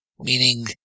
meaning